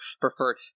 preferred